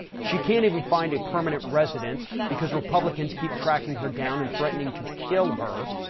she can't even find a permanent residence, because republicans keep tracking her down and threatening to kill her.